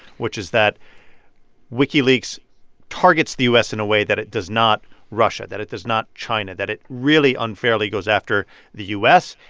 which is that wikileaks targets the u s. in a way that it does not russia, that it does not china that it really unfairly goes after the u s.